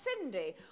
Cindy